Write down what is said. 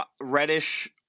reddish